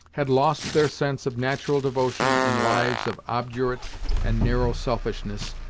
had lost their sense of natural devotion in lives of obdurate and narrow selfishness,